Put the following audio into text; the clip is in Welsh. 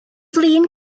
flin